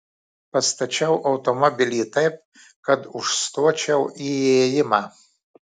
pastačiau automobilį taip kad užstočiau įėjimą